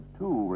two